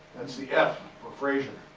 that's the f for fraser.